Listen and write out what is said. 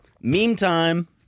Meantime